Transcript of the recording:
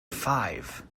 five